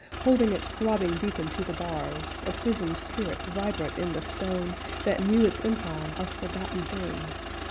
holding its throbbing beacon to the bars, a prisoned spirit vibrant in the stone that knew its empire of forgotten things.